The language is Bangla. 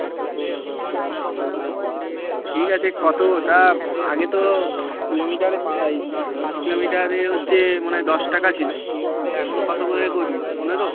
ঠিক আছে কতো তা আগে তো কিলোমিটারে পা এই পাঁচ কিলোমিটারে হচ্চে মনে হয় দশ টাকা ছিলো এখন কতো করে করবি পনেরো